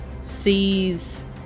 sees